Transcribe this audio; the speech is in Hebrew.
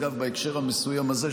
בהקשר המסוים הזה,